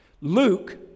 Luke